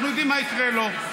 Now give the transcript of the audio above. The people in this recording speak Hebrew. אנחנו יודעים מה יקרה לו.